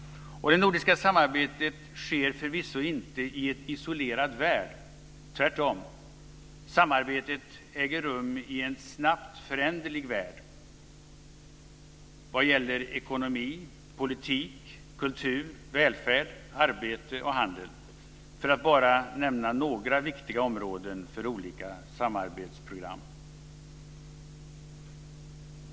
Det nordiska samarbetet sker förvisso inte i en isolerad värld, tvärtom. Samarbetet äger rum i en snabbt föränderlig värld vad gäller ekonomi, politik, kultur, välfärd, arbete och handel - för att nämna några viktiga områden för olika samarbetsprogram.